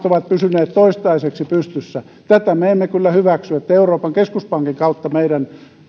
ovat pysyneet toistaiseksi pystyssä tätä me emme kyllä hyväksy että euroopan keskuspankin kautta meidän